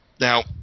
Now